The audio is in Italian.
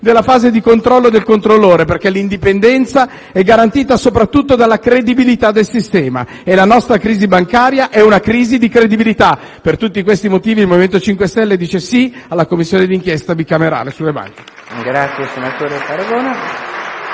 della fase di controllo del controllore, perché l'indipendenza è garantita soprattutto dalla credibilità del sistema e la nostra crisi bancaria è una crisi di credibilità. Per tutti questi motivi il MoVimento 5 Stelle dice «sì» alla Commissione d'inchiesta bicamerale sulle banche.